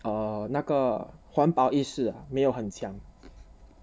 err 那个环保意识没有很强